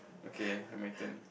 okay now my turn